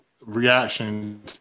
reaction